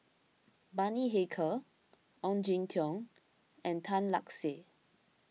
Bani Haykal Ong Jin Teong and Tan Lark Sye